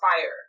fire